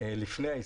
לפני העסקה.